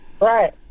Right